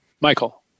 Michael